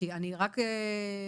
אני רגע